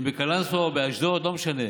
אם בקלנסווה או באשדוד, לא משנה.